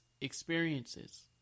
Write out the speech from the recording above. experiences